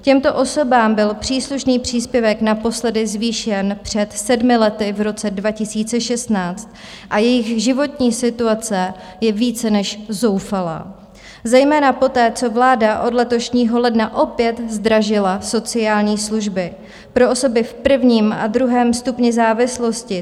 Těmto osobám byl příslušný příspěvek naposledy zvýšen před sedmi lety v roce 2016 a jejich životní situace je více než zoufalá, zejména poté, co vláda od letošního ledna opět zdražila sociální služby pro osoby v prvním a druhém stupni závislosti.